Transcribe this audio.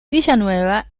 villanueva